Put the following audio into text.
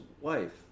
wife